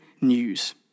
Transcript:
news